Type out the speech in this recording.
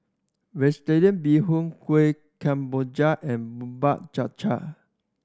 Vegetarian Bee Hoon Kueh Kemboja and Bubur Cha Cha